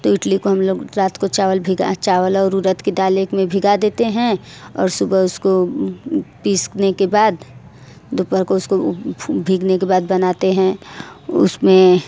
तो इडली को हम लोग रात को चावल भिगा चावल और उड़द की दाल एक में भिगा देते हैं और सुबह उसको पीसने के बाद दोपहर को उसको भिगने के बाद बनाते हैं उसमें